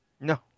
No